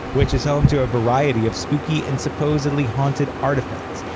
which is home to a variety of spooky and supposedly haunted artifacts,